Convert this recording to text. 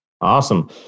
Awesome